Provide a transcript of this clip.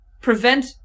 prevent